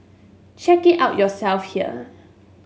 check it out yourself here